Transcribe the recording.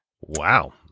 Wow